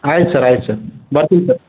ಆಯ್ತು ಸರ್ ಆಯ್ತು ಸರ್ ಬರ್ತೀನಿ ಸರ್